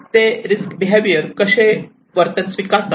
ते risk behaviour कसे वर्तन स्वीकारतात